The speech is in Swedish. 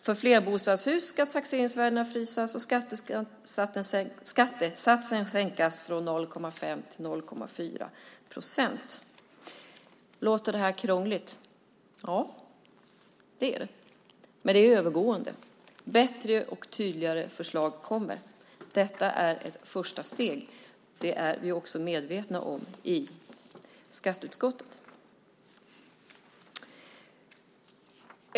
För flerbostadshus ska taxeringsvärdena frysas och skattesatsen sänkas från 0,5 till 0,4 procent. Låter detta krångligt? Ja, det är det. Men det är övergående. Bättre och tydligare förslag kommer. Detta är ett första steg. Det är vi också medvetna om i skatteutskottet.